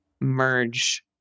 merge